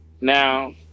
now